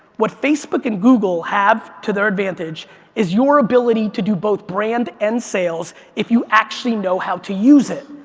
what facebook and google have to their advantage is your ability to do both brand and sales if you actually know how to use it.